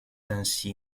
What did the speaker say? ainsi